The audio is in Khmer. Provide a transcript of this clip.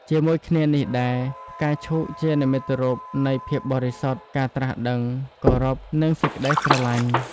ជាមួយគ្នានេះដែរ ផ្កាឈូកជានិមិត្តរូបនៃ ភាពបរិសុទ្ធ ការត្រាស់ដឹង គោរព និងសេចក្ដីស្រឡាញ់។